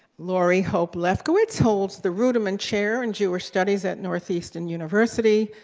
lori hope lefkovitz holds the ruderman chair in jewish studies at northeastern university,